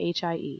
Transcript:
HIE